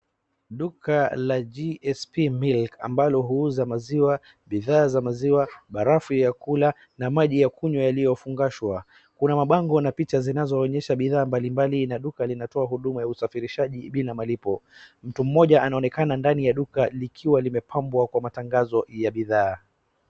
Duka la GSP Milk ambalo huuza maziwa, bidhaa za maziwa, barafu ya kula na amaji ya kunywa yaliyofungashwa. Kuna mabango na picha ziinazo onyesha bidhaa mbalimbali na duka linatoa huduma ya usafirishaji bila malipo. Mtu mmoja anaonekana ndani likiwa limepambwa kwa matangazo ya bidhaa.